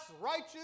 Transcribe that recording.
righteous